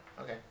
Okay